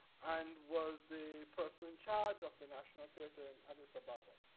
and was the person in charge of the national theater in addis ababa.